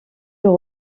leur